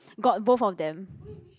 got both of them